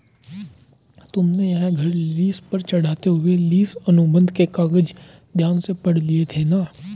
तुमने यह घर लीस पर चढ़ाते हुए लीस अनुबंध के कागज ध्यान से पढ़ लिए थे ना?